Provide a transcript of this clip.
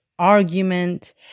argument